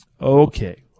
Okay